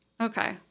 Okay